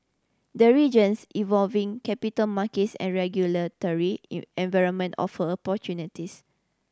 the region's evolving capital markets and regulatory environment offer opportunities